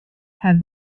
have